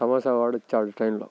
సమోసా వాడు వచ్చాడు ట్రైన్లో